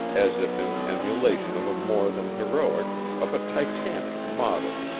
as if in emulation of a more than heroic, of a titanic model.